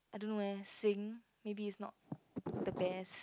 I don't know eh sing maybe is not the best